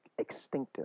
extinctive